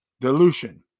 dilution